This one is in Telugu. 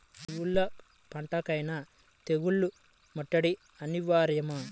ఎటువంటి పంటలకైన తెగులు ముట్టడి అనివార్యమా?